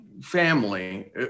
family